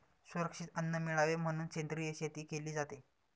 सुरक्षित अन्न मिळावे म्हणून सेंद्रिय शेती केली जाते